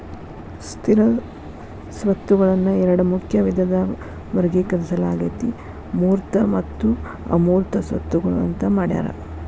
ಸ್ಥಿರ ಸ್ವತ್ತುಗಳನ್ನ ಎರಡ ಮುಖ್ಯ ವಿಧದಾಗ ವರ್ಗೇಕರಿಸಲಾಗೇತಿ ಮೂರ್ತ ಮತ್ತು ಅಮೂರ್ತ ಸ್ವತ್ತುಗಳು ಅಂತ್ ಮಾಡ್ಯಾರ